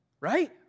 Right